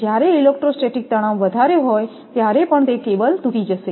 જ્યારે ઇલેક્ટ્રોસ્ટેટિક તણાવ વધારે હોય ત્યારે પણ તે કેબલ તૂટી જશે